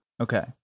Okay